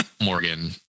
Morgan